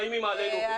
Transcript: מאיימים עלינו,